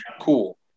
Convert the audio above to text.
cool